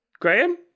Graham